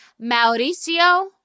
Mauricio